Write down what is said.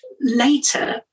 later